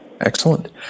excellent